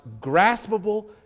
graspable